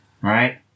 Right